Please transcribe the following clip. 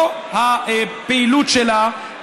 לא הפעילות שלה,